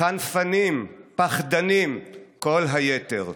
/ חנפנים, פחדנים כל היתר.